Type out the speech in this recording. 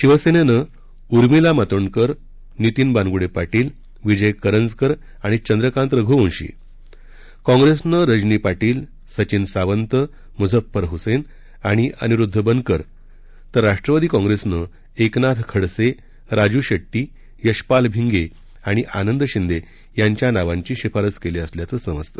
शिवसेनेनं उर्मिला मातोंडकर नितीन बानगुडे पाटील विजय करंजकर आणि चंद्रकांत रघूवंशी काँप्रेसनं रजनी पाटील सचिन सावंत मुझफ्फर हूसेन आणि अनिरुद्ध बनकर तर राष्ट्रवादी काँप्रेसनं एकनाथ खडसे राजू शेड्टी यशपाल भिंगे आणि आनंद शिंदे यांच्या नावांची शिफारस केली असल्याचे समजते